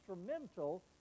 instrumental